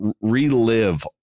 relive